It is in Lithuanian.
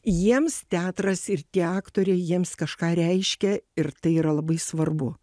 jiems teatras ir tie aktoriai jiems kažką reiškia ir tai yra labai svarbu